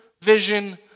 vision